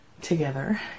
together